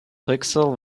pixel